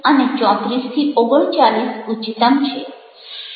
તેમાં પણ 0 23 તે નિમ્નતમ છે અને 34 39 ઉચ્ચતમ છે